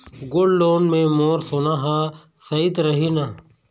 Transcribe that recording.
Gold loan मे मोर सोना हा सइत रही न?